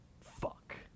Fuck